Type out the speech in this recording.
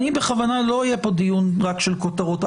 לא יהיה פה דיון רק של כותרות.